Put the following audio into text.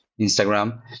Instagram